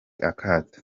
akato